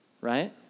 right